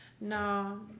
No